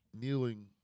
Kneeling